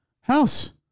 house